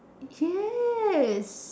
yes